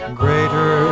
greater